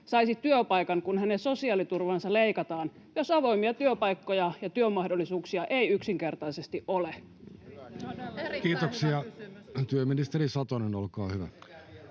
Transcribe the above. saisi työpaikan, kun hänen sosiaaliturvaansa leikataan, jos avoimia työpaikkoja ja työmahdollisuuksia ei yksinkertaisesti ole? Kiitoksia. — Työministeri Satonen, olkaa hyvä.